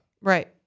Right